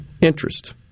interest